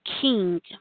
king